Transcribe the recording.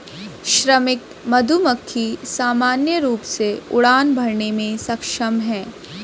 श्रमिक मधुमक्खी सामान्य रूप से उड़ान भरने में सक्षम हैं